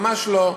ממש לא.